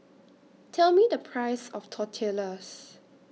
Tell Me The Price of Tortillas